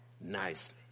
nicely